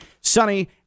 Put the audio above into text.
sunny